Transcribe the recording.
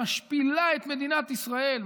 משפילה את מדינת ישראל,